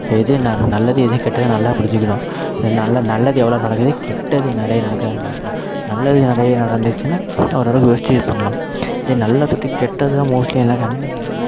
எது நல் நல்லது எது கெட்டது நல்லா புரிஞ்சுக்கணும் இந்த நல்ல நல்லது எவ்வளோ நடக்குது கெட்டது நிறைய நடக்குதானு பார்க்குணும் நல்லது நிறைய நடந்துச்சுன்னால் ஒரளவுக்கு யோசித்து இது பண்ணலாம் இதே நல்லதுட்டு கெட்டது தான் மோஸ்ட்லி எல்லா கம்பெனியும் நல்ல